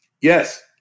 Yes